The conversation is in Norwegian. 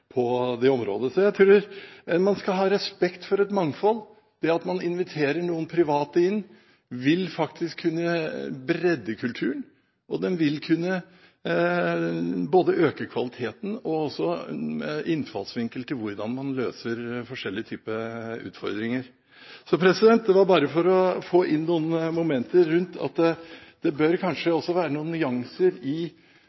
på det området. Jeg tror man skal ha respekt for et mangfold. Det at man inviterer noen private inn, vil faktisk kunne bredde kulturen, og det vil kunne både øke kvaliteten og gjøre noe med innfallsvinkelen til hvordan man løser forskjellige typer utfordringer. Jeg ville bare få inn noen momenter om at det kanskje bør være noen nyanser knyttet til at man utelukkende ser det